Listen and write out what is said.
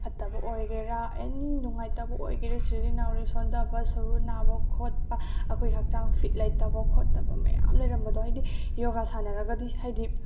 ꯐꯠꯇꯕ ꯑꯣꯏꯒꯦꯔꯥ ꯑꯦꯅꯤ ꯅꯨꯡꯉꯥꯏꯇꯕ ꯑꯣꯏꯒꯦꯔꯥ ꯁꯤꯡꯂꯤ ꯅꯥꯎꯔꯤ ꯁꯣꯟꯊꯕ ꯁꯔꯨ ꯅꯥꯕ ꯈꯣꯠꯄ ꯑꯩꯈꯣꯏ ꯍꯛꯆꯥꯡ ꯐꯤꯠ ꯂꯩꯇꯕ ꯈꯣꯠꯇꯕ ꯃꯌꯥꯝ ꯂꯩꯔꯝꯕꯗꯣ ꯍꯥꯏꯗꯤ ꯌꯣꯒꯥ ꯁꯥꯟꯅꯔꯒꯗꯤ ꯍꯥꯏꯗꯤ